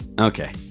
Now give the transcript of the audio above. Okay